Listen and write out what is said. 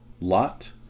lot